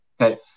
Okay